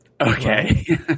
Okay